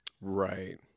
Right